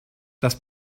das